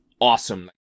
awesome